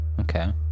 Okay